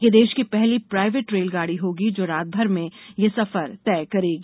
यह देश की पहली प्राइवेट रेलगाड़ी होगी जो रातभर में यह सफर तय करेगी